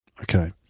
Okay